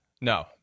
no